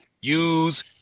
use